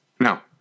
Now